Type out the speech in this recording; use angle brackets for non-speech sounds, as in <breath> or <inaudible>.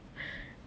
<breath>